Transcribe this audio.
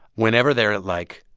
whenever they're like,